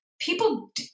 people